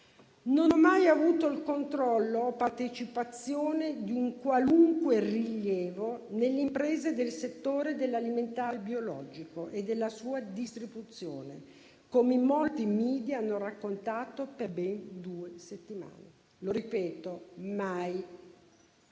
Non ho mai avuto il controllo o partecipazione di un qualunque rilievo nelle imprese del settore dell'alimentare biologico e della sua distribuzione, come molti *media* hanno raccontato per ben due settimane. Lo ripeto: mai.